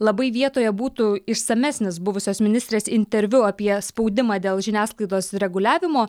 labai vietoje būtų išsamesnis buvusios ministrės interviu apie spaudimą dėl žiniasklaidos reguliavimo